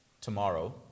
tomorrow